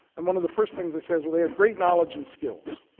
and one of the first thing they say is, well, they have great knowledge and skills.